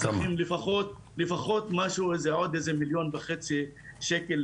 אנחנו צריכים לפחות עוד איזה מיליון וחצי שקל,